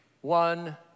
one